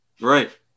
Right